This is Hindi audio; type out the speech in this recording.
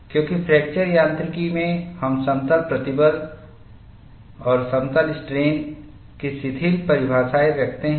क्योंकि फ्रैक्चर यांत्रिकी में हम समतल प्रतिबल और समतल स्ट्रेनकी शिथिल परिभाषाएँ रखते हैं